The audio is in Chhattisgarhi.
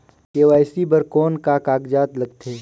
के.वाई.सी बर कौन का कागजात लगथे?